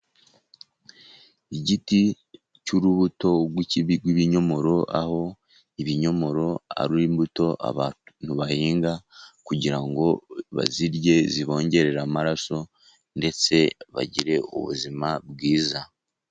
Igiti cy'urubuto rw'ibinyomoro, aho ibinyomoro ari imbuto abantu bahinga kugira ngo bazirye zibongererere amaraso ndetse bagire ubuzima bwiza.